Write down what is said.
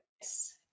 Yes